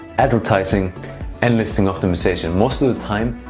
advertising and listing optimization. most of the time,